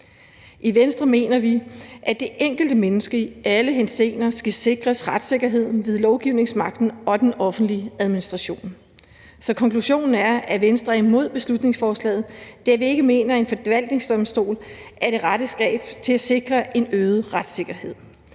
I Venstre mener vi, at det enkelte menneske i alle henseender skal sikres retssikkerheden ved lovgivningsmagten og den offentlige administration. Så konklusionen er, at Venstre er imod beslutningsforslaget, da vi ikke mener, at en forvaltningsdomstol er det rette greb til at sikre en øget retssikkerhed,